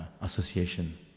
association